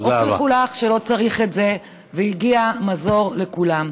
הוכיחו לך שלא צריך את זה, והגיע מזור לכולם.